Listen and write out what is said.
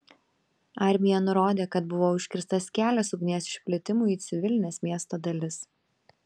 armija nurodė kad buvo užkirstas kelias ugnies išplitimui į civilines miesto dalis